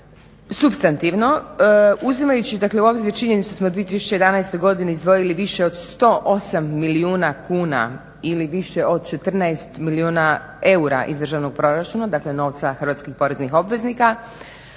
Supstantivno uzimajući dakle u obzir činjenicu da smo 2011. godine izdvojili više od 108 milijuna kuna ili više od 14 milijuna eura iz državnog proračuna, dakle novca hrvatskih poreznih obveznika.